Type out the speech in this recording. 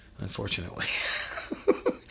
unfortunately